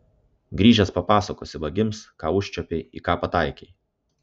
grįžęs papasakosi vagims ką užčiuopei į ką pataikei